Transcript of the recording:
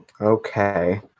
Okay